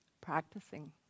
practicing